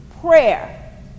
prayer